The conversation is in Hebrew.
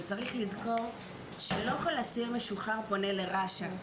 אבל צריך לזכור שלא כל אסיר משוחרר פונה לרש"א.